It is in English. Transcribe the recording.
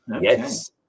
Yes